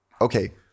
okay